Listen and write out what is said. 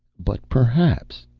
but perhaps,